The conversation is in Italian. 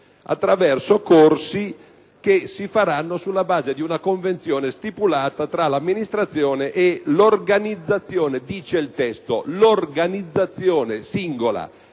attraverso corsi che si faranno «sulla base di una convenzione stipulata tra l'Amministrazione e l'Organizzazione»